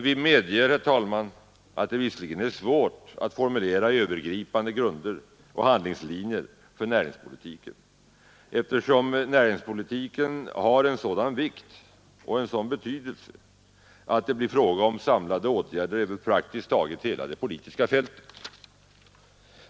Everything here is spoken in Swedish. Vi medger, herr talman, att det är svårt att formulera övergripande grunder och handlingslinjer för näringspolitiken, eftersom den har en sådan vikt och betydelse att det blir fråga om samlade åtgärder över praktiskt taget hela det politiska fältet.